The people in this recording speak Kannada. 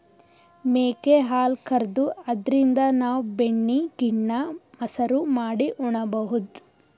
ಮೇಕೆ ಹಾಲ್ ಕರ್ದು ಅದ್ರಿನ್ದ್ ನಾವ್ ಬೆಣ್ಣಿ ಗಿಣ್ಣಾ, ಮಸರು ಮಾಡಿ ಉಣಬಹುದ್